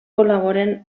col·laboren